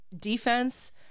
defense